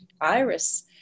iris